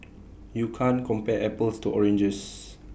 you can't compare apples to oranges